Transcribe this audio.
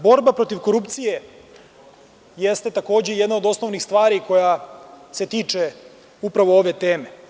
Borba protiv korupcije jeste takođe jedna od osnovnih stvari koja se tiče upravo ove teme.